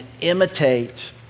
imitate